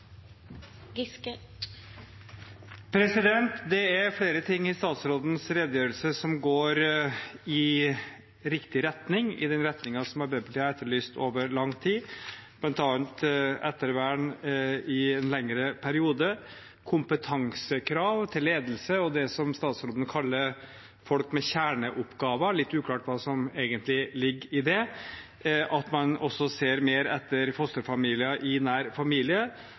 rom. Det er flere ting i statsrådens redegjørelse som går i riktig retning, i den retningen som Arbeiderpartiet har etterlyst over lang tid, bl.a. ettervern i lengre periode, kompetansekrav til ledelse og det statsråden kaller folk med kjerneoppgaver – det er litt uklart hva som egentlig ligger i det – at man ser mer etter fosterfamilier i nær familie,